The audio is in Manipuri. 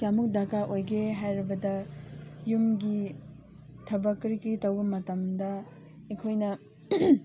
ꯀꯌꯥꯃꯨꯛ ꯗꯔꯀꯥꯔ ꯑꯣꯏꯒꯦ ꯍꯥꯏꯔꯕꯗ ꯌꯨꯝꯒꯤ ꯊꯕꯛ ꯀꯔꯤ ꯀꯔꯤ ꯇꯧꯕ ꯃꯇꯝꯗ ꯑꯩꯈꯣꯏꯅ